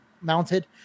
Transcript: mounted